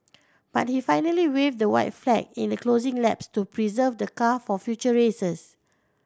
but he finally waved the white flag in the closing laps to preserve the car for future races